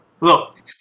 Look